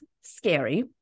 scary